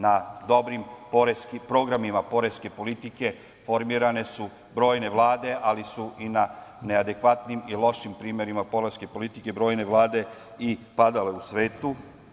Na dobrim programima poreske politike formirane su brojne vlade, ali su i na neadekvatnim i lošim primerima poreske politike brojne vlade i padale u svetu.